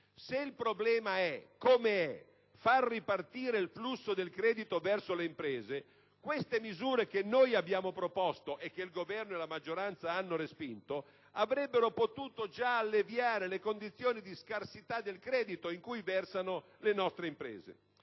Se il problema è - come è - far ripartire il flusso del credito verso le imprese, queste misure che noi abbiamo proposto e che il Governo e la maggioranza hanno respinto avrebbero potuto già alleviare le condizioni di scarsità del credito in cui versano le nostre imprese.